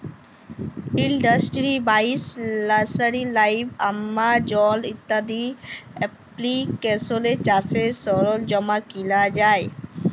industry বাইশ, nursery live, Amazon ইত্যাদি এপ্লিকেশলে চাষের সরল্জাম কিলা যায়